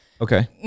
Okay